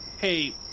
hey